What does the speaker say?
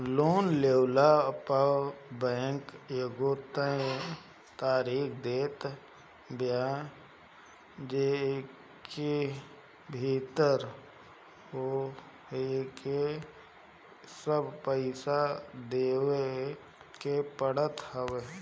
loan लेहला पअ bank एगो तय तारीख देत बिया जेकरी भीतर होहके सब पईसा देवे के पड़त हवे